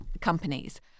companies